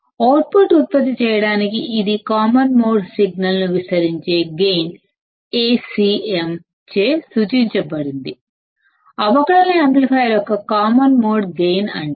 అవుట్పుట్ను ఉత్పత్తి చేయడానికి ఇది కామన్ మోడ్ సిగ్నల్ను యాంప్లిఫయ్ చేసే గైన్ ని అవకలన యాంప్లిఫైయర్ యొక్క కామన్ మోడ్ గైన్ అంటారు